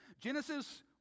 Genesis